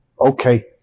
okay